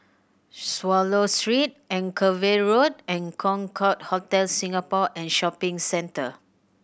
Swallow Street Anchorvale Road and Concorde Hotel Singapore and Shopping Centre